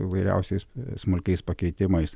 įvairiausiais smulkiais pakeitimais